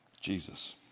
Jesus